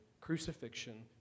crucifixion